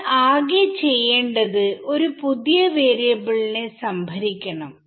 നമ്മൾ ആകെ ചെയ്യേണ്ടത് ഒരു പുതിയ വാരിയബിളിനെ സംഭരിക്കണം